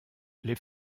les